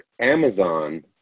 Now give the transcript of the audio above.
Amazon